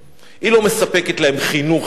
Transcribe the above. היא לא מספקת להם חינוך חינם,